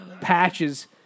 patches